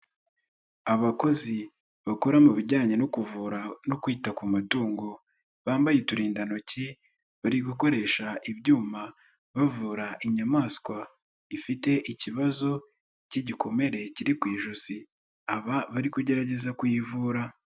Abakozi bakora mu bijyanye no kuvura no kwita ku matungo bambaye uturindantoki, bari gukoresha ibyuma bavura inyamaswa ifite ikibazo k'igikomere kiri ku ijosi. Aba bari kugerageza kuyivura.